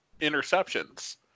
interceptions